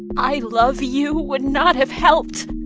i love you would not have helped